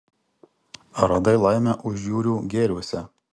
ar radai laimę užjūrių gėriuose